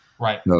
right